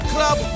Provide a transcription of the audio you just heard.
Club